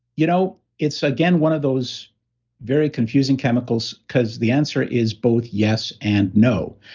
you know it's, again, one of those very confusing chemicals because the answer is both yes and no.